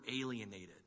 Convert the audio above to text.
alienated